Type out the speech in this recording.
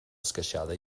esqueixada